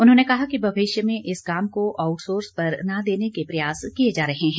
उन्होंने कहा कि भविष्य में इस काम को आउटसोर्स पर न देने के प्रयास किए जा रहे है